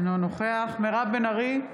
אינו נוכח מירב בן ארי,